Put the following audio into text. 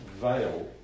veil